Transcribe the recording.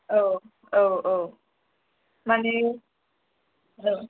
औ औ औ माने औ